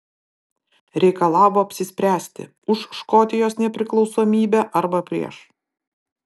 reikalavo apsispręsti už škotijos nepriklausomybę arba prieš